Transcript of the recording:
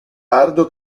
lardo